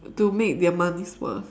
to make their money's worth